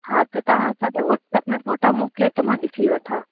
हा त तव्हां असांखे वाट्सअप में फोटा मोकिलियो त मां ॾिसी वठां